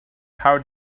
how